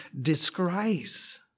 disgrace